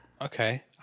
Okay